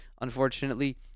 Unfortunately